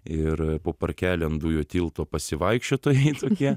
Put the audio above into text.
ir po parkeliam dujų tilto pasivaikščiotojai tokie